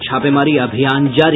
छापेमारी अभियान जारी